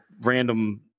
random